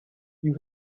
you